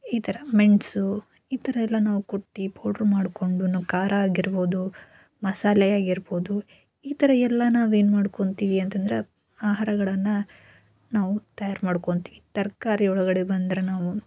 ಈ ಥರ ಮೆಣಸು ಈ ಥರಯೆಲ್ಲ ನಾವು ಕುಟ್ಟಿ ಪೌಡ್ರ್ ಮಾಡಿಕೊಂಡು ನಾವು ಖಾರ ಆಗಿರ್ಬೋದು ಮಸಾಲೆ ಆಗಿರ್ಬೋದು ಈ ಥರ ಎಲ್ಲ ನಾವು ಏನು ಮಾಡ್ಕೋತೀವಿ ಅಂತಂದ್ರೆ ಆಹಾರಗಳನ್ನು ನಾವು ತಯಾರು ಮಾಡ್ಕೋತೀವಿ ತರಕಾರಿ ಒಳಗಡೆ ಬಂದರೆ ನಾವು